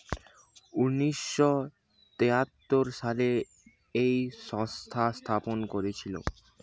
উনিশ শ তেয়াত্তর সালে এই সংস্থা স্থাপন করেছিল